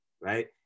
right